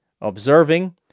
observing